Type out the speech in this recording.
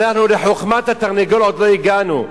אנחנו לחוכמת התרנגול עוד לא הגענו.